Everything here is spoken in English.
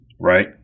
Right